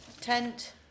Tent